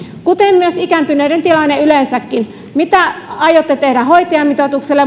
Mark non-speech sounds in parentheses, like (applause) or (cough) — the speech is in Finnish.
kuten myös ikääntyneiden tilanne yleensäkin mitä aiotte mahdollisesti tehdä hoitajamitoitukselle (unintelligible)